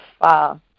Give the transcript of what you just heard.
Far